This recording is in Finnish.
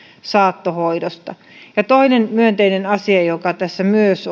saattohoidosta kolmas myönteinen asia joka tässä myös